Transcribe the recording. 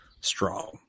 strong